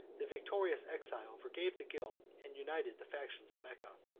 the victorious exile forgave the guilt, and united the factions, of mecca.